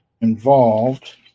involved